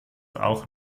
auch